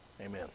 Amen